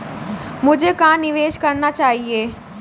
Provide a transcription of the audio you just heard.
मुझे कहां निवेश करना चाहिए?